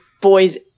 boys